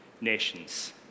nations